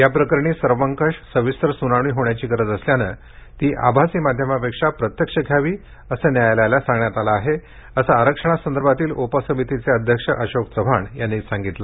या प्रकरणी सर्वकष सविस्तर सुनावणी होण्याची गरज असल्यानं ती आभासी माध्यमापेक्षा प्रत्यक्ष घ्यावी असं न्यायालयाला सांगण्यात आलं आहे असं आरक्षणासंदर्भातील उपसमितीचे अध्यक्ष अशोक चव्हाण यांनी सांगितलं